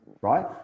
right